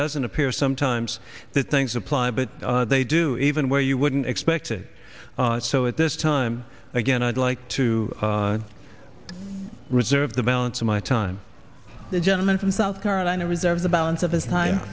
doesn't appear sometimes that things apply but they do even where you wouldn't expect it so at this time again i'd like to reserve the balance of my time the gentleman from south carolina reserve the balance of this time